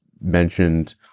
mentioned